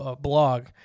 blog